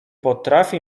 potrafi